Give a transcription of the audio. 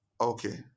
Okay